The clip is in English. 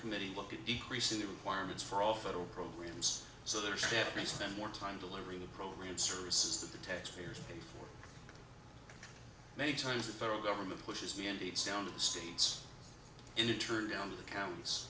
committee look at decreasing the requirements for all federal programs so their staff may spend more time delivering the program services that the taxpayers pay for many times the federal government pushes mandates down to the states and in turn down to the counties